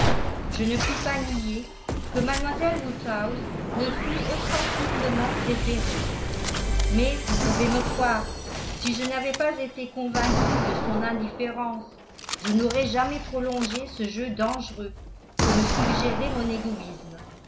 je ne puis pas nier que mlle woodhouse ne fût ostensiblement préférée mais vous pouvez me croire si je n'avais pas été convaincu de son indifférence je n'aurais jamais prolongé ce jeu dangereux que me suggérait mon égoïsme